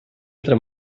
altra